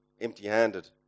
empty-handed